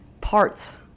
parts